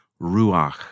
ruach